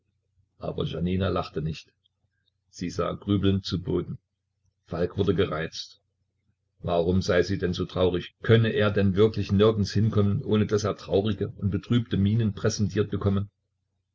aber janina lachte nicht sie sah grübelnd zu boden falk wurde gereizt warum sei sie denn so traurig könne er denn wirklich nirgends hinkommen ohne daß er traurige und betrübte mienen präsentiert bekomme